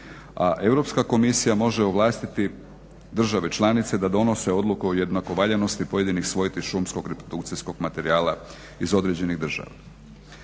Europska komisija može ovlastiti države članice da donose odluku o jednako valjanosti pojedinih svojti šumskog reprodukcijskog materijala iz određenih država.